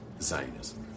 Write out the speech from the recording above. Zionism